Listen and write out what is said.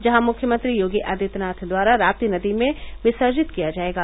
जहां पर मुख्यमंत्री योगी आदित्यनाथ द्वारा राप्ती नदी में विसर्जित किया जायेगा